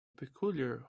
peculiar